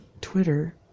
Twitter